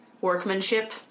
workmanship